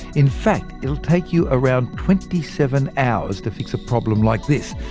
in fact, it'll take you around twenty seven hours to fix a problem like this!